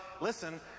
listen